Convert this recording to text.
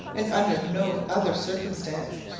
and under no other circumstance,